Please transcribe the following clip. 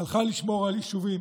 הלכה לשמור על יישובים